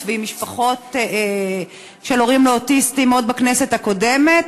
ועם משפחות של הורים לאוטיסטים עוד בכנסת הקודמת,